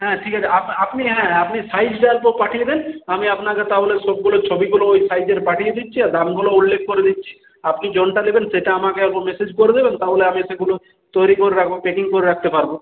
হ্যাঁ ঠিক আছে আপ আপনি হ্যাঁ হ্যাঁ আপনি সাইজটা একবার পাঠিয়ে দিন আমি আপনাকে তাহলে সবগুলোর ছবিগুলো ওই সাইজের পাঠিয়ে দিচ্ছি আর দামগুলোও উল্লেখ করে দিচ্ছি আপনি জোনটা নেবেন সেটা আমাকে মেসেজ করবেন তাহলে আমি সেগুলো তৈরি করে রাখব প্যাকিং করে রাখতে পারব